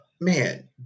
Man